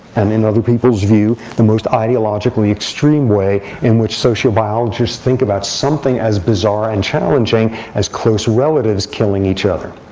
and in other people's view, the most ideologically most extreme way in which social biologists think about something as bizarre and challenging as close relatives killing each other.